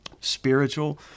spiritual